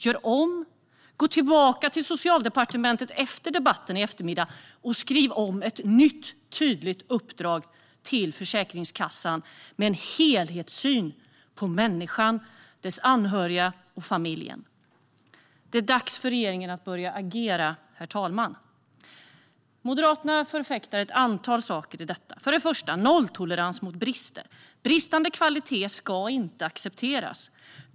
Gör om, och gå tillbaka till Socialdepartementet efter debatten i eftermiddag och skriv ett nytt och tydligt uppdrag till Försäkringskassan med en helhetssyn på människan, de anhöriga och familjen. Det är dags för regeringen att börja agera, herr talman. Moderaterna förfäktar ett antal saker i detta sammanhang. För det första handlar det om nolltolerans mot brister. Bristande kvalitet ska inte accepteras.